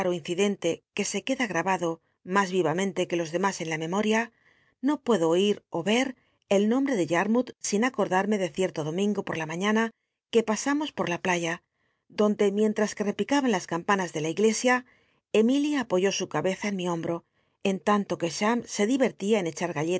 que se queda grabado mas viya mente que los dcmas en la memoria no puedo oi ó yer el nombre de yntmouth sin acordatmc de cierto domingo por la mniíana que pasamos por la playa donde mientras que repicaba n las campanas de la iglesia emilia apoyó su cabeza en mi hombro en tanto que cbam se diyertia en crhar